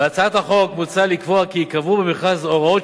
בהצעת החוק מוצע לקבוע כי ייקבעו במכרז הוראות